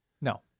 No